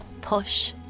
push